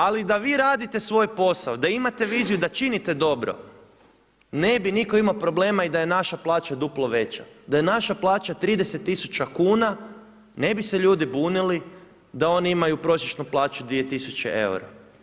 Ali, da vi radite svoj posao, da imate viziju, da činite dobro, ne bi nitko imao problema i da je naša plaća duplo veća, da je naša plaća 30000 kn, ne bi se ljudi bunili, da oni imaju prosječnu plaću 2000 eura.